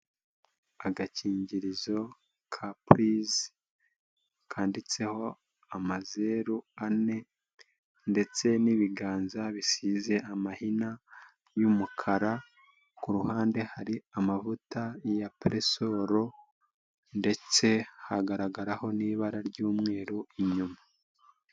Agakingirizo ka Pulizi kanditseho amazeru ane ndetse n'ibiganza bisize amahina y'umukara, ku ruhande hari amavuta ya Paresoro ndetse hagaragaraho n'ibara ry'umweru inyuma.